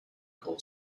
coal